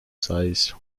sized